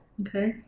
okay